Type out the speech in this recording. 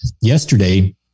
yesterday